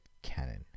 cannon